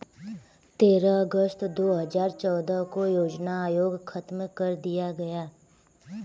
तेरह अगस्त दो हजार चौदह को योजना आयोग खत्म कर दिया गया